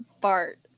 Bart